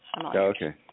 Okay